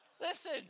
Listen